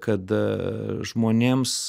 kad aaa žmonėms